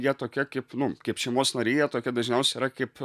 jie tokie kaip nu kaip šeimos nariai jie tokie dažniausiai yra kaip